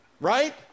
Right